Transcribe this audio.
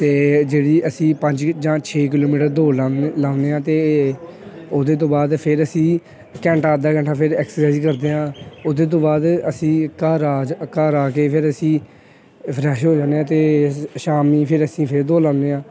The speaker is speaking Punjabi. ਅਤੇ ਜਿਹੜੀ ਅਸੀਂ ਪੰਜ ਜਾਂ ਛੇ ਕਿਲੋਮੀਟਰ ਦੌੜ ਲਾ ਲਾਨੇ ਹਾਂ ਅਤੇ ਓਹਦੇ ਤੋਂ ਬਾਅਦ ਫੇਰ ਅਸੀਂ ਘੰਟਾ ਅੱਧਾ ਘੰਟਾ ਫੇਰ ਐਕਸਰਸਾਈਜ ਕਰਦੇ ਹਾਂ ਓਹਦੇ ਤੋਂ ਬਾਅਦ ਅਸੀਂ ਘਰ ਆ ਘਰ ਆ ਕੇ ਫੇਰ ਅਸੀਂ ਫਰੈਸ਼ ਹੋ ਜਾਂਦੇ ਹਾਂ ਅਤੇ ਸ਼ਾਮੀ ਫਿਰ ਅਸੀਂ ਫਿਰ ਦੌੜ ਲਾਨੇ ਹਾਂ